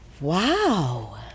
wow